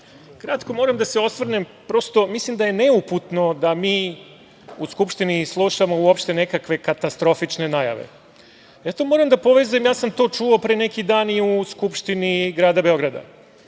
kratko moram da se osvrnem, prosto mislim da je neuputno da mi u skupštini slušamo nekakve katastrofične najave. Moram da povezujem, ja sam to čuo pre neki dan i u Skupštini grada Beograda. Naime,